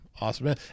awesome